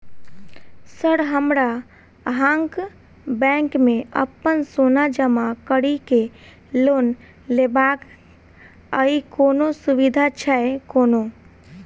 Sir हमरा अहाँक bank मे अप्पन सोना जमा करि केँ लोन लेबाक अई कोनो सुविधा छैय कोनो?